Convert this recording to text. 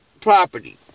property